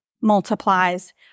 multiplies